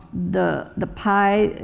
the the pie,